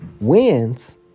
wins